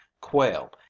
quail